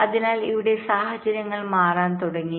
അതിനാൽ ഇവിടെ സാഹചര്യങ്ങൾ മാറാൻ തുടങ്ങി